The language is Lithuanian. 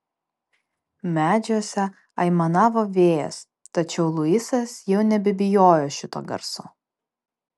medžiuose aimanavo vėjas tačiau luisas jau nebebijojo šito garso